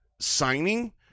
signing